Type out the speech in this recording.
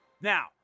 Now